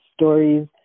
stories